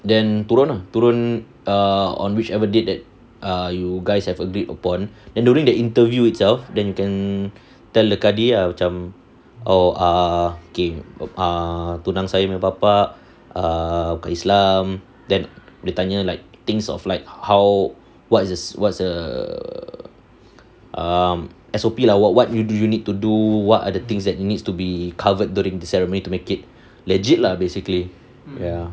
then turun ah turun err on whichever date that err you guys have agreed upon and during the interview itself then you can tell the kadi ah macam oh err tunang saya bapa bukan islam then dia tanya like things of like how what is what's err um S_O_P lah what what you do you need to do what are the things that needs to be covered during the ceremony to make it legit lah basically ya